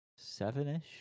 seven-ish